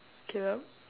caleb